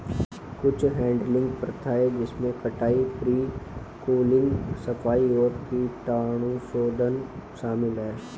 कुछ हैडलिंग प्रथाएं जिनमें कटाई, प्री कूलिंग, सफाई और कीटाणुशोधन शामिल है